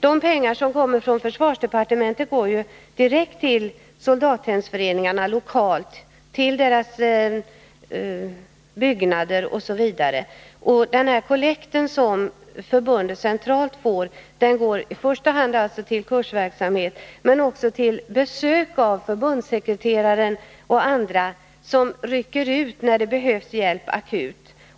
De pengar som kommer från försvarsdepartementet går direkt till soldathemsföreningarna lokalt, till deras byggnader osv. Den kollekt som förbundet centralt får går alltså i första hand till kursverksamhet, men också till besök av förbundssekreteraren och andra, som rycker ut när det behövs hjälp akut.